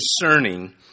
concerning